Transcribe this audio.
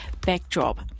backdrop